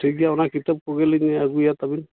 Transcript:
ᱴᱷᱤᱠ ᱜᱮᱭᱟ ᱚᱱᱟ ᱠᱤᱛᱟᱹᱵ ᱠᱚᱜᱮ ᱞᱤᱧ ᱟᱹᱜᱩᱭᱟ ᱛᱚᱵᱮ